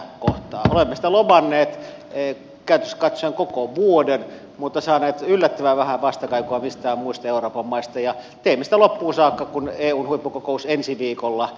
olemme sitä lobanneet käytännöllisesti katsoen koko vuoden mutta saaneet yllättävän vähän vastakaikua mistään muista euroopan maista ja teemme sitä loppuun saakka kun eun huippukokous ensi viikolla tästä asiasta linjaa